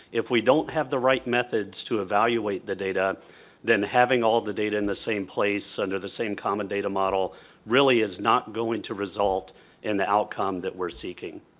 if we don't have the right methods to evaluate the data then having all the data in the same place under the same common data model really is not going to result in the outcome that we're seeking.